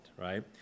right